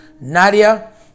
Nadia